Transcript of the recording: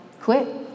quit